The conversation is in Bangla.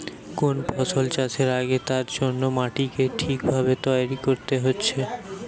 কোন ফসল চাষের আগে তার জন্যে মাটিকে ঠিক ভাবে তৈরী কোরতে হচ্ছে